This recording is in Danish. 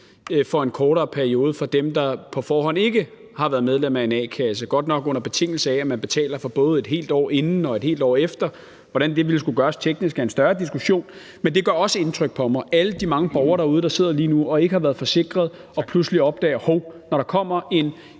i en kortere periode for dem, der på forhånd ikke har været medlem af en a-kasse – godt nok på betingelse af, at man betaler for både et helt år inden og et helt år efter, og hvordan det ville skulle gøres teknisk er en større diskussion. Men det gør også indtryk på mig, altså alle de mange borgere derude, der sidder lige nu og ikke har været forsikret og pludselig opdager, at når der kommer en